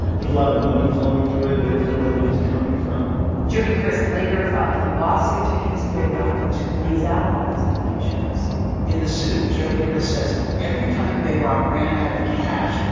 there's a lot of money flowing through it, but he doesn't know where the money's coming from jody kriss later filed a lawsuit against bayrock, which lays out all these allegations in the suit, jody kriss says every time bayrock ran out of cash,